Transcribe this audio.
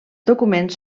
documents